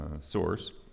source